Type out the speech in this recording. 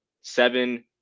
seven